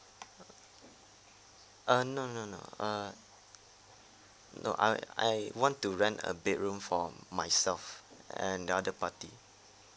uh no no no err no I I want to rent a bedroom for myself and the other party